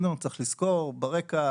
צריך לזכור ברקע,